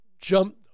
jump